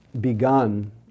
begun